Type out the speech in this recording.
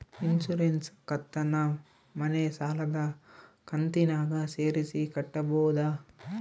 Insurance ಕಂತನ್ನ ಮನೆ ಸಾಲದ ಕಂತಿನಾಗ ಸೇರಿಸಿ ಕಟ್ಟಬೋದ?